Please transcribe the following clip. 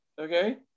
Okay